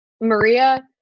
Maria